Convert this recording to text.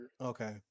Okay